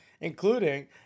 including